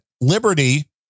Liberty